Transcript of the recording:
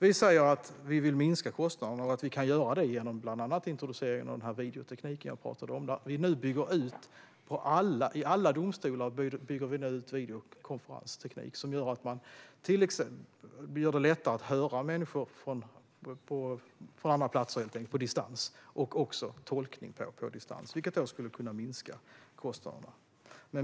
Vi säger att vi vill minska kostnaderna och att vi kan göra detta bland annat genom att introducera den videoteknik som jag pratade om. I alla domstolar bygger vi nu videokonferensteknik som gör det lättare att höra människor från andra platser, på distans, och även ha tolkning på distans. Detta skulle kunna minska kostnaderna.